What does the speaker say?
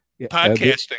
Podcasting